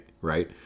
right